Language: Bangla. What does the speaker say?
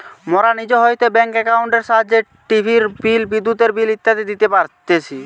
মোরা নিজ হইতে ব্যাঙ্ক একাউন্টের সাহায্যে টিভির বিল, বিদ্যুতের বিল ইত্যাদি দিতে পারতেছি